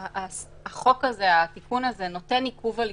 החוק הזה נותן עיכוב הליכים.